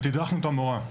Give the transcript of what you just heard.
ותדרכנו את המורה.